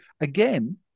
again